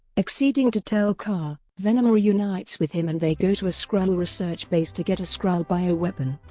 acceding to tel-kar, venom reunites with him and they go to a skrull research base to get a skrull bioweapon.